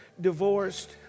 divorced